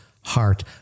heart